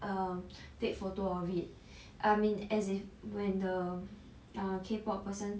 um take photo of it I mean as if when the err K pop person